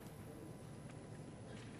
לסיכום אני אומר: